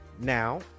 Now